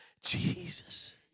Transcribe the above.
Jesus